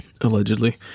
Allegedly